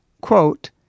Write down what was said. quote